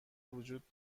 وجود